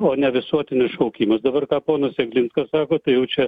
o ne visuotinis šaukimas dabar ką ponas jeglinskas sako tai jau čia